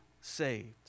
saved